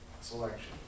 selection